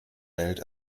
welt